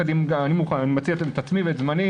אני מוכן, אני מציע את עצמי ואת זמני